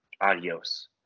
Adios